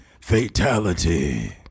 Fatality